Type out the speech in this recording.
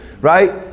right